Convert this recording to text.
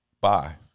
Bye